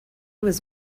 was